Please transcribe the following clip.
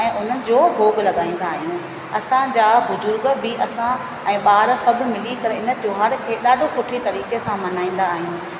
ऐं उन जो भोॻ लॻाईंदा आयूं असांजा बुजुर्ग बि असां ऐं ॿार बि सभु मिली करे इन त्योहार खे ॾाढे सुठे तरीक़े सां मल्हाईंदा आहियूं